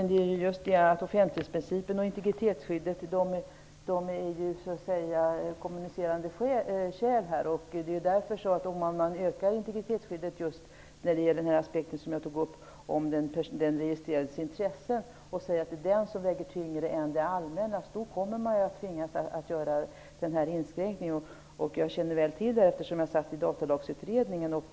Herr talman! Offentlighetsprincipen och integritetsskyddet är som kommunicerande kärl. Om man ökar integritetsskyddet när det gäller den registrerades intresse och säger att det väger tyngre än det allmännas kommer man att tvingas att göra en inskränkning. Jag känner väl till det här eftersom jag satt med i Datalagsutredningen.